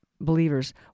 believers